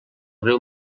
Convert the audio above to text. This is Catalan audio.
riu